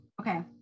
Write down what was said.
Okay